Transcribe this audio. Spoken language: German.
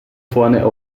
vorne